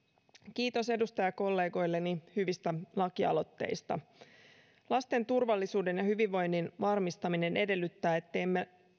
kiitos edustajakollegoilleni hyvistä lakialoitteista lasten turvallisuuden ja hyvinvoinnin varmistaminen edellyttää ettemme